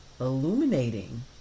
illuminating